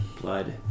blood